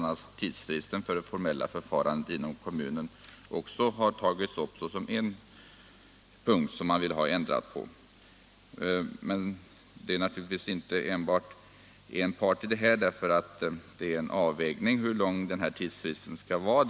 a. tidsfristen för det formella förfarandet inom kommunen har tagits upp som en punkt där förbundet vill ha ändring. Men det finns inte enbart en part, när det gäller avvägningen av hur lång tidsfristen skall vara.